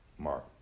Mark